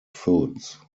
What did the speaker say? foods